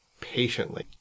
patiently